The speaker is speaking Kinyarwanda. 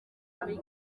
muri